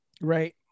right